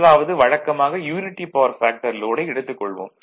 முதலாவது வழக்காக - unity power factor load ஐ எடுத்துக் கொள்வோம்